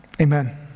Amen